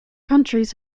countries